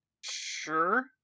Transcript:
Sure